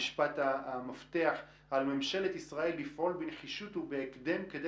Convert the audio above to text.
משפט המפתח: "על ממשלת ישראל לפעול בנחישות ובהקדם כדי